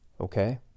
okay